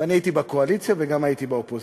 ואני הייתי בקואליציה וגם הייתי באופוזיציה.